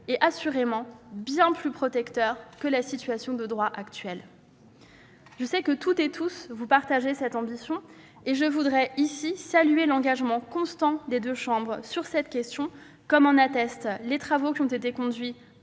et assurément bien plus protecteur que le droit actuel. Je sais que toutes et tous vous partagez cette ambition, et je veux saluer l'engagement constant des deux chambres sur cette question, comme le montrent les travaux qui ont été conduits